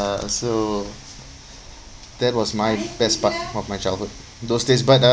uh so that was my best part of my childhood those days but uh